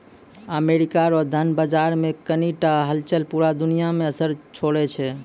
America रो धन बाजार मे कनी टा हलचल पूरा दुनिया मे असर छोड़ै छै